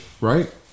right